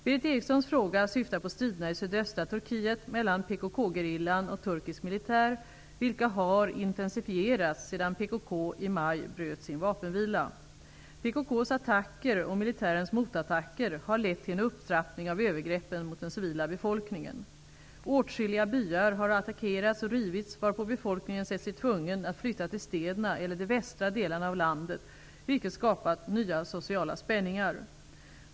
Berith Erikssons fråga syftar på striderna i sydöstra Turkiet mellan PKK-gerillan och turkisk militär, vilka har intensifierats sedan PKK i maj bröt sin vapenvila. PKK:s attacker och militärens motattacker har lett till en upptrappning av övergreppen mot den civila befolkningen. Åtskilliga byar har attackerats och rivits varpå befolkningen har sett sig tvungen att flytta till städerna eller de västra delarna av landet, vilket har skapat nya sociala spänningar.